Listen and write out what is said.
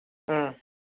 ꯎꯝ